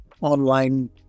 online